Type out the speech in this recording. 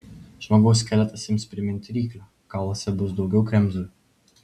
žmogaus skeletas ims priminti ryklio kauluose bus daugiau kremzlių